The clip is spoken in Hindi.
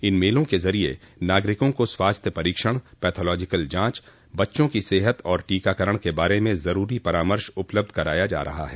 इन मेलों के जरिये नागरिकों को स्वास्थ्य परीक्षण पैथोलॉजिकल जांच बच्चों की सेहत और टीकाकरण के बारे में जरूरी परामर्श उपलब्ध कराया जा रहा है